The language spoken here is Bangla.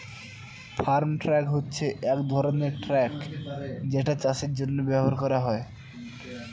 ফার্ম ট্রাক হচ্ছে এক ধরনের ট্র্যাক যেটা চাষের জন্য ব্যবহার করা হয়